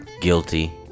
guilty